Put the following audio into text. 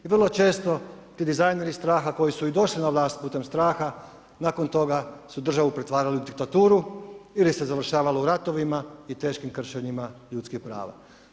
I vrlo često ti dizajneri straha koji su i došli na vlast putem straha nakon toga su državu pretvarali u diktaturu ili se završavalo u ratovima i teškim kršenjima ljudskih prava.